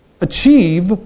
achieve